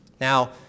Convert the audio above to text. Now